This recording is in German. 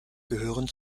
gehören